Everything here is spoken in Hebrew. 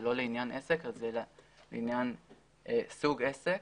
זה לא לעניין עסק אלא לעניין סוג עסק.